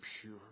pure